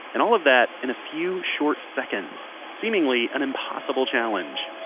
and all of that in a few short seconds. seemingly an impossible challenge.